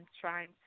trying